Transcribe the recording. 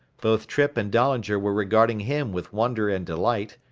both trippe and dahlinger were regarding him with wonder and delight,